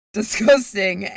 Disgusting